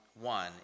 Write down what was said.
one